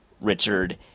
Richard